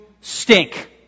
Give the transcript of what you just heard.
stink